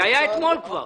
שהם לא יכולים לתפקד.